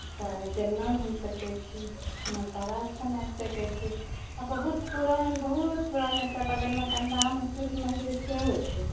तऽ देवना घुमि सकैत छी माँ तारास्थान आबि सकैत छी आ बहुत पुरान एकटा बगलमे कन्दाहामे सूर्य मन्दिर सेहो छै